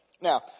Now